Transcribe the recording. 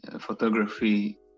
photography